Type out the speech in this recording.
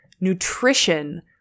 nutrition –